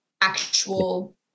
actual